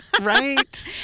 Right